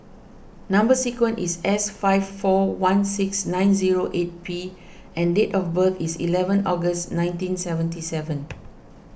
Number Sequence is S five four one six nine zero eight P and date of birth is eleven August nineteen seventy seven